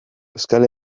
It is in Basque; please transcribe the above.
euskal